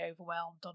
overwhelmed